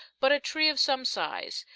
but a tree of some size.